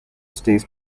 stays